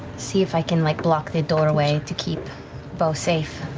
see if i can like block the doorway to keep beau safe.